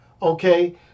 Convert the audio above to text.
okay